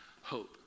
hope